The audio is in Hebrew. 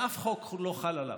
שאף חוק לא חל עליו,